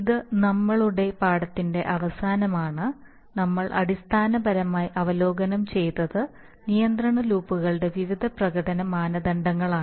ഇത് നമ്മളുടെ പാഠത്തിന്റെ അവസാനമാണ് നമ്മൾ അടിസ്ഥാനപരമായി അവലോകനം ചെയ്തത് നിയന്ത്രണ ലൂപ്പുകളുടെ വിവിധ പ്രകടന മാനദണ്ഡങ്ങളാണ്